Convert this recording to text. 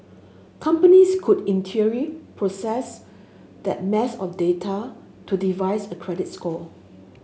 companies could in theory process that mass on data to devise a credit score